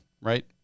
right